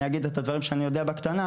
אני אגיד את הדברים שאני יודע בקטנה,